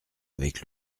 avec